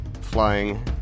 flying